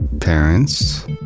Parents